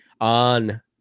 on